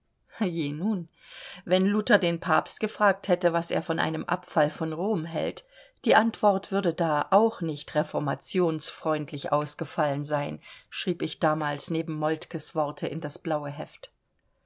nun wenn luther den pabst gefragt hätte was er von einem abfall von rom hält die antwort würde da auch nicht reformationsfreundlich ausgefallen sein schrieb ich damals neben moltkes worte in das blaue heft